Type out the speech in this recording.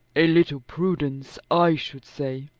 a little prudence i should say.